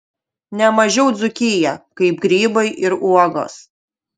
ne mažiau dzūkiją kaip grybai ir uogos